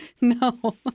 No